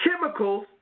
chemicals